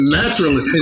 naturally